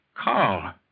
Carl